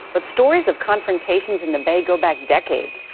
but stories of confrontations in the bay go back decades,